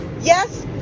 Yes